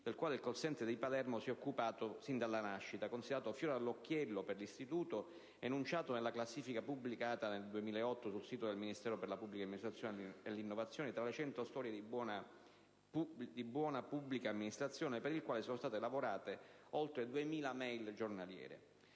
del quale il *call center* di Palermo si è occupato sin dalla nascita, considerato fiore all'occhiello per l'Istituto, enunciato nella classifica pubblicata nel 2008 sul sito del Ministero per la pubblica amministrazione e l'innovazione fra le Cento storie di buona pubblica amministrazione, per il quale sono state lavorate oltre 2.000 *e-mail* giornaliere.